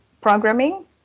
Programming